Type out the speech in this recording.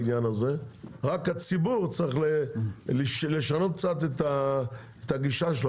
רק הציבור צריך לשנות קצת את הגישה שלו.